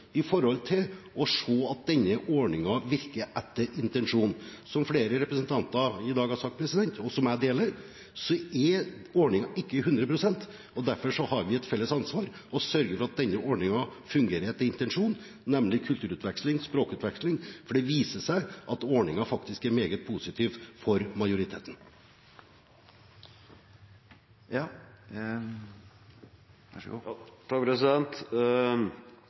å se til at denne ordningen virker etter intensjonen. Som flere representanter i dag har sagt, og jeg deler deres syn, er ordningen ikke 100 pst. Derfor har vi et felles ansvar for å sørge for at denne ordningen fungerer etter intensjonen, nemlig kulturutveksling og språkutveksling, for det viser seg at ordningen faktisk er meget positiv for majoriteten.